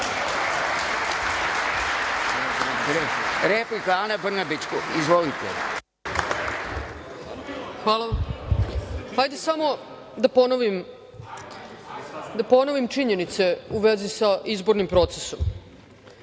replika. **Ana Brnabić** Hvala. Hajde samo da ponovim činjenice u vezi sa izbornim procesom.